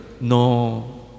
no